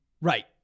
right